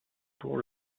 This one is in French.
pour